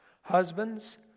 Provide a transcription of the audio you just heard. Husbands